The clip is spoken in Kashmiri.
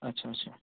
اچھا اچھا